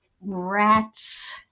rats